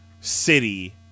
city